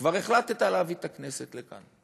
כבר החלטת להביא את הכנסת לכאן,